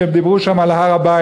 הם דיברו שם על הר-הבית,